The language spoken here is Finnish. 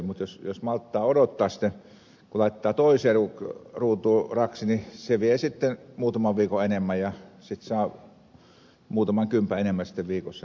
mutta jos malttaa odottaa ja laittaa toiseen ruutuun raksin niin se vie sitten muutaman viikon enemmän ja sitten saa muutaman kympin enemmän viikossa rahnaa